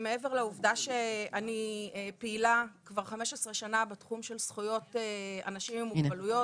מעבר לעובדה שאני פעילה כבר 15 שנה בתחום של זכויות אנשים עם מוגבלויות,